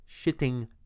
shitting